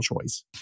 choice